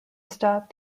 stop